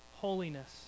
holiness